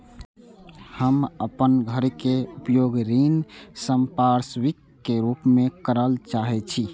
हम अपन घर के उपयोग ऋण संपार्श्विक के रूप में करल चाहि छी